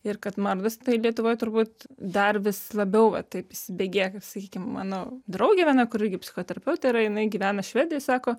ir kad man visa tai lietuvoj turbūt dar vis labiau va taip įsibėgėja kaip sakykim mano draugė viena kur irgi psichoterapeutė yra jinai gyvena švedijoj sako